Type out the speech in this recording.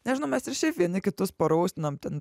nežinau mes ir šiaip vieni kitus paraustinam ten